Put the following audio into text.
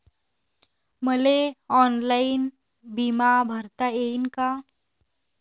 मले ऑनलाईन बिमा भरता येईन का?